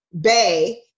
bay